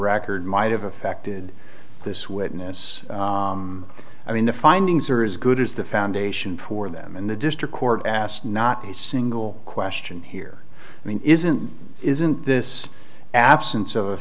record might have affected this witness i mean the findings are as good as the foundation for them and the district court asked not a single question here i mean isn't isn't this absence of a